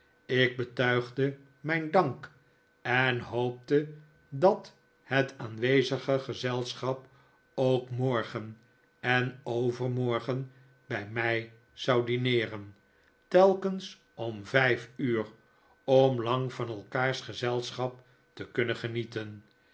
ik betuigde mijn dank en hoopte dat het aanwezige gezelschap ook morgen en overmorgen bij mij zou dineeren telkens om vijf uur om lang van elkaars gezelschap te kunnen genieten